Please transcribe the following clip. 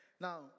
Now